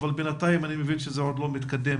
אבל בינתיים אני מבין שזה עוד לא מתקדם.